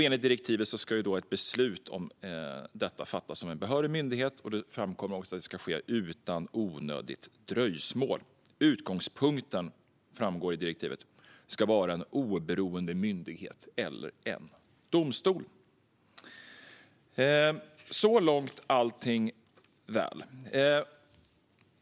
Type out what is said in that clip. Enligt direktivet ska ett beslut om detta fattas av en behörig myndighet. Det framkommer också att det ska ske utan onödigt dröjsmål. Utgångspunkten, framgår det av direktivet, ska vara en oberoende myndighet eller en domstol. Så långt allt väl.